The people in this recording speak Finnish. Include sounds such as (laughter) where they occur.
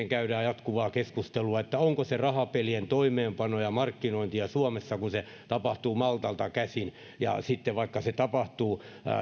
(unintelligible) käydään jatkuvaa keskustelua onko se rahapelien toimeenpanoa ja markkinointia suomessa kun se tapahtuu maltalta käsin ja sitten vaikka se tapahtuu